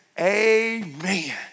Amen